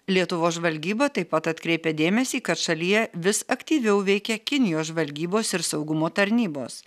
lietuvos žvalgyba taip pat atkreipia dėmesį kad šalyje vis aktyviau veikia kinijos žvalgybos ir saugumo tarnybos